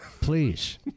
please